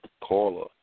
caller